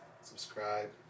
subscribe